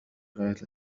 غاية